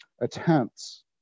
attempts